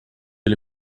ele